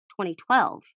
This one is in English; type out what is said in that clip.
2012